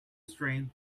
strained